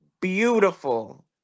beautiful